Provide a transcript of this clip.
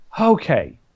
okay